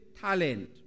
talent